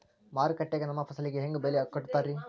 ಮಾರುಕಟ್ಟೆ ಗ ನಮ್ಮ ಫಸಲಿಗೆ ಹೆಂಗ್ ಬೆಲೆ ಕಟ್ಟುತ್ತಾರ ರಿ?